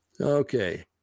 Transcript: Okay